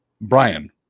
Brian